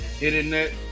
internet